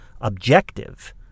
objective